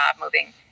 moving